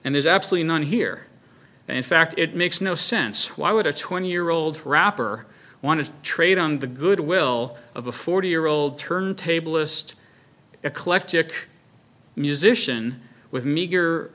and there's absolutely none here in fact it makes no sense why would a twenty year old rapper want to trade on the goodwill of a forty year old turntable list eclectic musician with meager